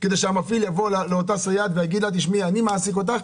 כדי שהמפעיל יבוא לאותה סייעת ויגיד לה: אני מעסיק אותך.